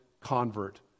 convert